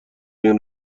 این